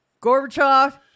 Gorbachev